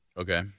okay